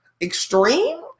extreme